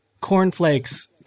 cornflakes